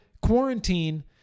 quarantine